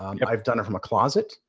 um yeah i've done it from a closet.